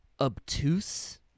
obtuse